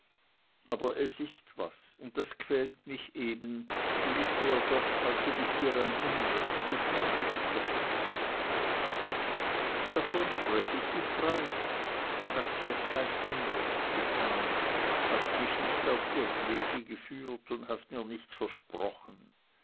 aber es ist was und das quält mich eben und ist mir doch als ob ich dir ein unrecht getan hätte davon sprech ich dich frei du hast mir kein unrecht getan hast mich nicht auf irrwege geführt und hast mir nichts versprochen